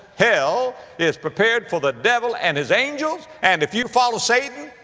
hell is prepared for the devil and his angels. and if you follow satan,